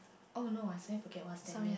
oh no I suddenly forget what's that name